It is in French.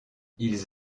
ils